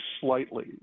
slightly